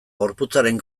gorputzaren